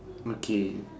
okay